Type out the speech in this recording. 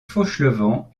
fauchelevent